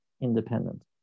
independent